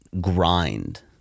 grind